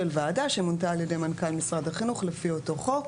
ועדה שמונתה על ידי מנכ"ל משרד החינוך לפי אותו חוק,